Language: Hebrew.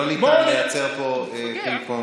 לא ניתן לייצר פה פינג-פונג.